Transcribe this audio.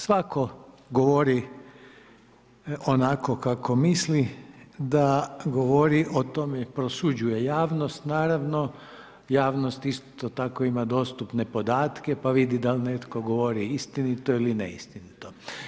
Svako govori onako kako mislim da govori, o tome prosuđuje javnost, naravno, javnost isto tako ima dostupne podatke, pa vidi dal netko govori istinito ili neistinito.